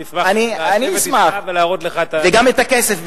וגם את הכסף,